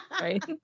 Right